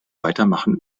weitermachen